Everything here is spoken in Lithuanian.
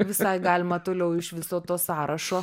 visai galima toliau iš viso to sąrašo